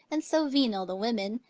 and so venal the women,